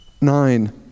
Nine